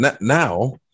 Now